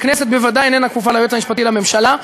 הכנסת בוודאי איננה כפופה ליועץ המשפטי לממשלה,